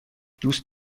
دوست